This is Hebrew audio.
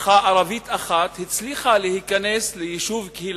משפחה ערבית אחת, הצליחה להיכנס ליישוב קהילתי,